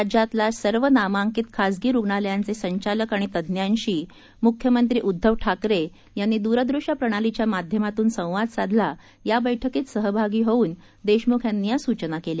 राज्यातल्या सर्व नामांकित खासगी रुग्णालयांचे संचालक आणि तज्ञांशी काल मुख्यमंत्री उद्दव ठाकरे यांनी दूरदृष्यप्रणालीच्या माध्यमातून संवाद साधला या बैठकीत सहभागी देशमुख यांनी या सूचना केल्या